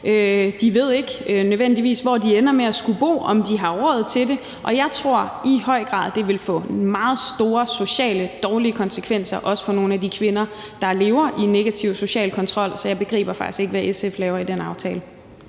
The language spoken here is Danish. De ved ikke nødvendigvis, hvor de ender med at skulle bo, eller om de har råd til det. Jeg tror i høj grad, at det vil få meget store, dårlige sociale konsekvenser, også for nogle af de kvinder, der lever i negativ social kontrol, så jeg begriber faktisk ikke, hvad SF laver i den aftale.